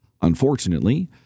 Unfortunately